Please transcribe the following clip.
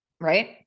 Right